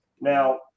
now